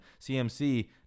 CMC